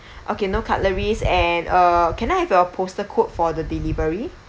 okay no cutleries and uh can I have your postal code for the delivery